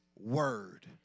word